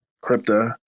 crypto